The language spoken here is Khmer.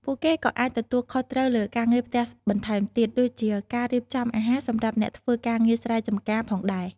ពួកគេក៏អាចទទួលខុសត្រូវលើការងារផ្ទះបន្ថែមទៀត ដូចជាការរៀបចំអាហារសម្រាប់អ្នកធ្វើការងារស្រែចម្ការផងដែរ។